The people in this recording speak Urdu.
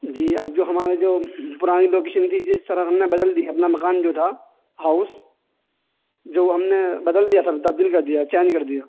جی اب جو ہماری جو پرانی لوکیشن تھی جی سر ہم نے بدل دی اپنا مکان جو تھا ہاؤس جو ہم نے بدل دیا سب تبدیل کر دیا چینج کر دیا